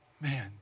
man